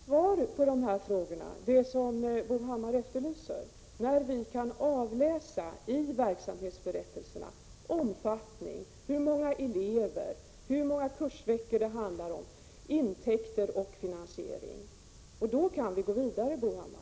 Herr talman! De svar som Bo Hammar efterlyser på sina frågor kommer, när man i verksamhetsberättelserna kan avläsa omfattning, antal elever, antal kursveckor, intäkter och finansiering, och då kan vi gå vidare, Bo Hammar.